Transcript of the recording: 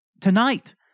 tonight